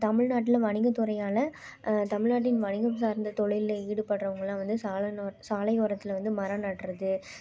தமிழ்நாட்டில் வணிகத்துறையால் தமிழ்நாட்டின் வணிகம் சார்ந்த தொழிலில் ஈடுபட்றவங்களாம் வந்து சாலையோரம் சாலையோரத்தில் வந்து மரம் நடுறது